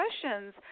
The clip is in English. questions